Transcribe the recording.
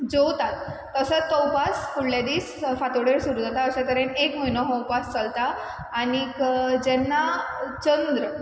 जेवतात तसोच तो उपास फुडल्या दीस फांतोडेर सुरू जाता अशें तरेन एक म्हयनो उपास चलता आनीक जेन्ना चंद्र